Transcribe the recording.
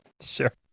Sure